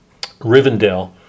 Rivendell